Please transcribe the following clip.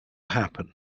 happen